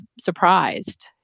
surprised